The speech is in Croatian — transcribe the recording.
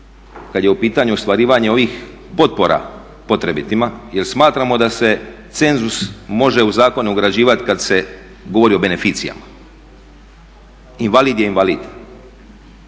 kada je u pitanju ostvarivanje ovih potpora potrebitima jer smatramo da se cenzus može u zakone ugrađivati kada se govori o beneficijama. Invalid je invalid,